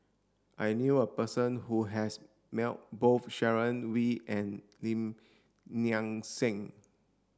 I knew a person who has met both Sharon Wee and Lim Nang Seng